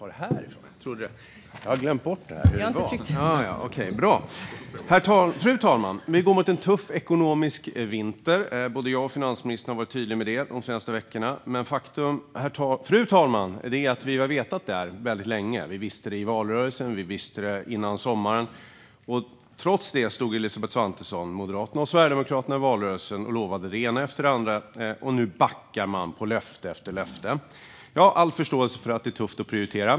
Fru talman! Jag hade glömt om jag skulle gå fram till talarstolen eller ställa frågan från min bänk, men nu är jag på rätt plats. Fru talman! Vi går mot en tuff ekonomisk vinter; både jag och finansministern har varit tydliga med det de senaste veckorna. Men faktum är att vi har vetat det väldigt länge, fru talman. Vi visste det i valrörelsen, och vi visste det före sommaren. Trots det stod Elisabeth Svantesson, Moderaterna och Sverigedemokraterna i valrörelsen och lovade det ena efter det andra - och nu backar man på löfte efter löfte. Jag har all förståelse för att det är tufft att prioritera.